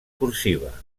cursiva